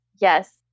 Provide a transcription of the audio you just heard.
Yes